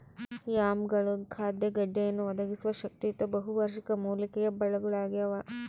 ಯಾಮ್ಗಳು ಖಾದ್ಯ ಗೆಡ್ಡೆಯನ್ನು ಒದಗಿಸುವ ಶಕ್ತಿಯುತ ಬಹುವಾರ್ಷಿಕ ಮೂಲಿಕೆಯ ಬಳ್ಳಗುಳಾಗ್ಯವ